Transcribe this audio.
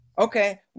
Okay